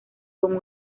con